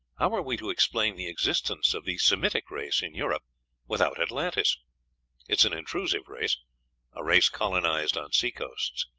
how are we to explain the existence of the semitic race in europe without atlantis? it is an intrusive race a race colonized on sea-coasts.